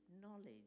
knowledge